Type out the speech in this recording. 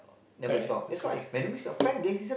correct correct